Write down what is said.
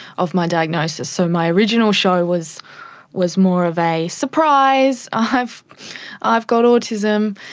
of my diagnosis. so my original show was was more of a surprise, i've i've got autism'.